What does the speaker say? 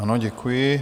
Ano, děkuji.